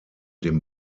dem